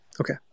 okay